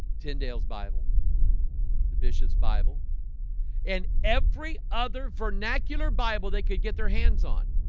tyndale's bible the vicious bible and every other vernacular bible they could get their hands on